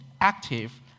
active